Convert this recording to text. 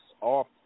off